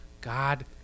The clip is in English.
god